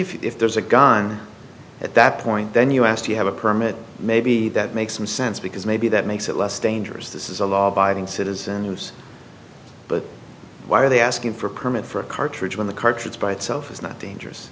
see if there's a gun at that point then you asked you have a permit maybe that makes some sense because maybe that makes it less dangerous this is a law abiding citizen use but why are they asking for a permit for a cartridge when the cartridge by itself is not dangerous